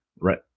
right